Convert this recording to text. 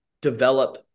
develop